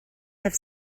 have